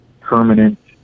permanent